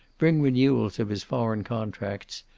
bring renewals of his foreign contracts,